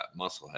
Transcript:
Musclehead